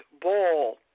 bowl